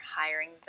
hiring